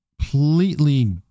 completely